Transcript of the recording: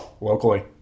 locally